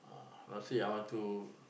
I say I want to